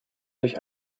durch